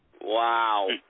Wow